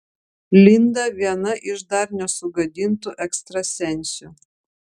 linda viena iš dar nesugadintų ekstrasensių